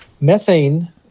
Methane